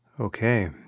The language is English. Okay